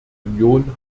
union